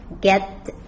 get